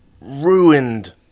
ruined